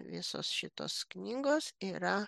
visos šitos knygos yra